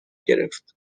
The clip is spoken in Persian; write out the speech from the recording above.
گرفت